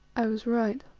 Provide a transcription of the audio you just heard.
i was right.